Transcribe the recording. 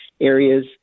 areas